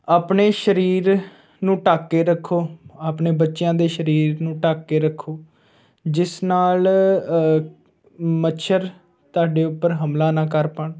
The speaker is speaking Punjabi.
ਆਪਣੇ ਸਰੀਰ ਨੂੰ ਢੱਕ ਕੇ ਰੱਖੋ ਆਪਣੇ ਬੱਚਿਆਂ ਦੇ ਸਰੀਰ ਨੂੰ ਢੱਕ ਕੇ ਰੱਖੋ ਜਿਸ ਨਾਲ ਮੱਛਰ ਤੁਹਾਡੇ ਉੱਪਰ ਹਮਲਾ ਨਾ ਕਰ ਪਾਉਣ